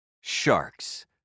Sharks